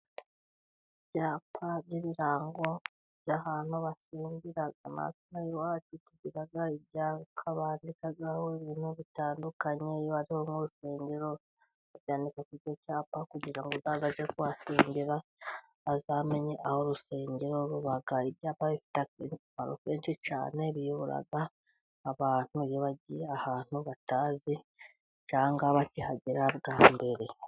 Ibyapa by'ibirango by'ahantu basengera. Natwe ino aha iwacu tugira ibyapa bandikaho ibintu bitandukanye. Iyo hari nk'urusengero babyandika ku cyapa kugira ngo abazaza kuhasengengera bazamenye aho urusengero ruba. Ibyapa bifite akamaro kenshi cyane, biyobora abantu baba bagiye ahantu batazi cyangwa bakihagera bwa mbere.